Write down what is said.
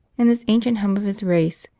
in this ancient home of his race,